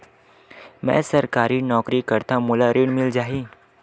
मै सरकारी नौकरी करथव मोला ऋण मिल जाही?